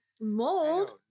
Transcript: Mold